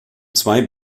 zwei